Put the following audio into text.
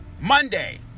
Monday